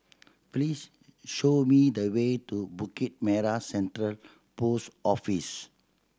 please show me the way to Bukit Merah Central Post Office